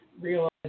realize